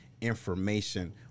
information